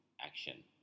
action